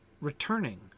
Returning